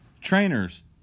Trainers